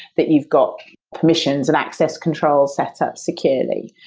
that you've got permissions and access control set up security.